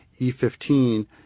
E15